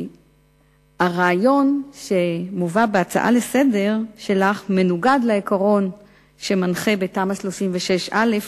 הרעיון שמובא בהצעה לסדר שלך מנוגד לעיקרון שמנחה בתמ"א 36א,